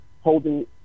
holding